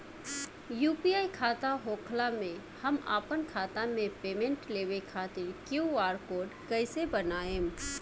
UPI खाता होखला मे हम आपन खाता मे पेमेंट लेवे खातिर क्यू.आर कोड कइसे बनाएम?